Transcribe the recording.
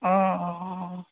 অঁ অঁ